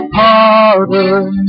pardon